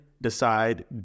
decide